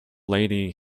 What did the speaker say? lady